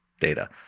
data